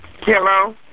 Hello